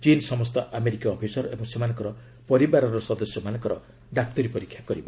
ଚୀନ୍ ସମସ୍ତ ଆମେରିକୀୟ ଅଫିସର ଓ ସେମାନଙ୍କର ପରିବାର ସଦସ୍ୟମାନଙ୍କର ଡାକ୍ତରୀ ପରୀକ୍ଷା କରିବ